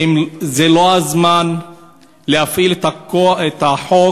האם זה לא הזמן להפעיל את החוק